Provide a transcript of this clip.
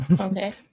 Okay